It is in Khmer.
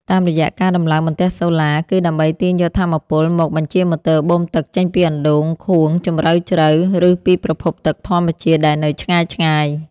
តាមរយៈការដំឡើងបន្ទះសូឡា គឺដើម្បីទាញយកថាមពលមកបញ្ជាម៉ូទ័របូមទឹកចេញពីអណ្តូងខួងជម្រៅជ្រៅ ឬពីប្រភពទឹកធម្មជាតិដែលនៅឆ្ងាយៗ។